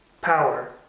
power